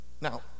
Now